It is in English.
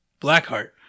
Blackheart